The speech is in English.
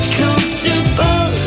comfortable